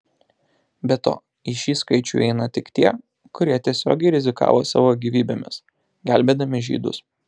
be to į šį skaičių įeina tik tie kurie tiesiogiai rizikavo savo gyvybėmis gelbėdami žydus